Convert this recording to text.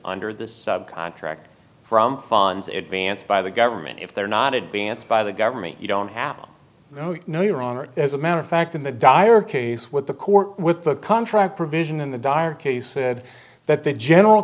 under this contract from fines advanced by the government if they're not advanced by the government you don't happen no your honor as a matter of fact in the dire case what the court with the contract provision in the dire case said that the general